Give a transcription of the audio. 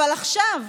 אבל עכשיו,